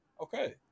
Okay